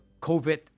COVID